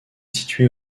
située